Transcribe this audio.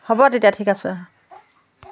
হ'ব তেতিয়া ঠিক আছে